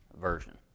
Version